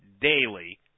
daily